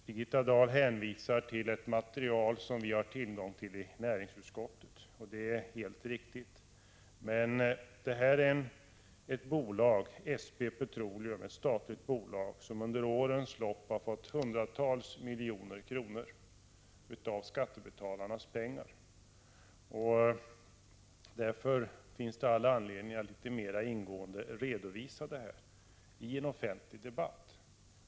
Birgitta Dahl hänvisar till ett material som vi i näringsutskottet har tillgång till, och det är helt riktigt. Men SP, Svenska Petroleum, är ett statligt bolag som under årens lopp har fått hundratals miljoner kronor av skattebetalarnas pengar. Därför finns det all anledning att litet mera ingående redovisa förhållandena i en offentlig debatt.